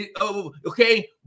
Okay